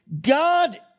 God